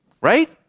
right